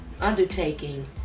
undertaking